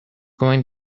going